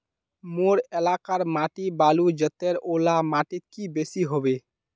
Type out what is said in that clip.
मोर एलाकार माटी बालू जतेर ओ ला माटित की बेसी हबे?